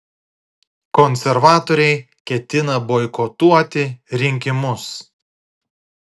konservatoriai ketina boikotuoti rinkimus